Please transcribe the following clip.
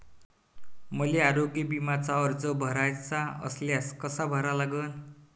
मले आरोग्य बिम्याचा अर्ज भराचा असल्यास कसा भरा लागन?